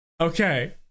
Okay